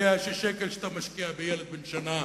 יודע ששקל שאתה משקיע בילד בן שנה,